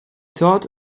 taught